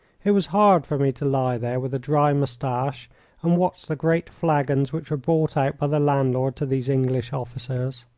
it was hard for me to lie there with a dry moustache and watch the great flagons which were brought out by the landlord to these english officers.